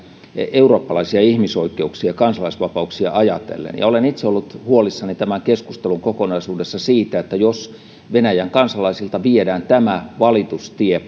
eurooppalaisia ihmisoikeuksia ja kansalaisvapauksia ajatellen ja olen itse ollut huolissani tämän keskustelun kokonaisuudessa siitä että jos venäjän kansalaisilta viedään tämä valitustie